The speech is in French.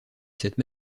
cette